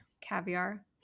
caviar